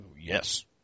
Yes